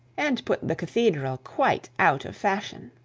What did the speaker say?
and put the cathedral quite out of fashion.